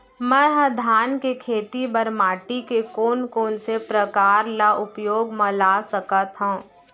मै ह धान के खेती बर माटी के कोन कोन से प्रकार ला उपयोग मा ला सकत हव?